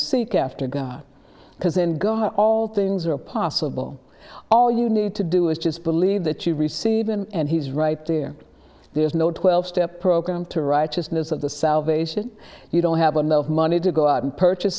seek after god because in god are all things are possible all you need to do is just believe that you receive him and he's right there there's no twelve step program to righteousness of the salvation you don't have enough money to go out and purchase